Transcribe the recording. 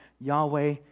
Yahweh